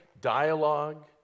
dialogue